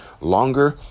longer